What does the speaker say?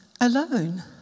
alone